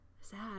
Sad